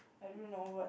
I don't know but